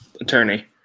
attorney